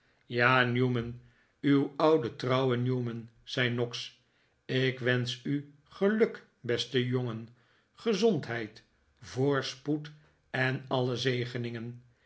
ja newman uw oude trouwe newman zei noggs ik wensch u geluk beste jongen gezondheid voorspoed en alle zegeningen